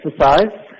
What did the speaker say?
exercise